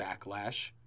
backlash